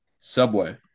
Subway